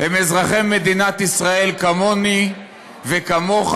הם אזרחי מדינת ישראל כמוני וכמוך,